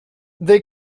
they